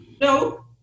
No